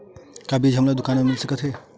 का बीज हमला दुकान म मिल सकत हे?